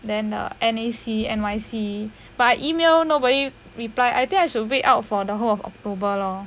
then uh N_A_C N_Y_C but I email nobody reply I think I should wait out for the whole of october lor